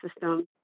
system